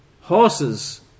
horses